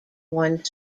one